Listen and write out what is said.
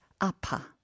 apa